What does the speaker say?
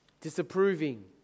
disapproving